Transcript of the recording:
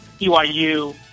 BYU